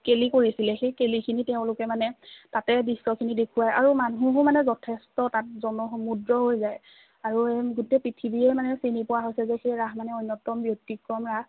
কেলি কৰিছিলে সেই কেলিখিনি তেওঁলোকে মানে তাতে দৃশ্যখিনি দেখুৱাই আৰু মানুহো মানে যথেষ্ট তাত জনসমুদ্ৰ হৈ যায় আৰু এই গোটেই পৃথিৱীয়ে মানে চিনি পোৱা হৈছে যে সেই ৰাস যে অন্যতম ব্যতিক্ৰম ৰাস